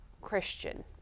Christian